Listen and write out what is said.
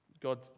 God